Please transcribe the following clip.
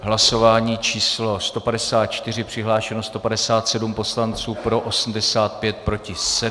Hlasování číslo 154, přihlášeno 157 poslanců, pro 85, proti 7.